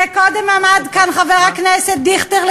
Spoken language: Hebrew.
וקודם עמד כאן חבר הכנסת דיכטר,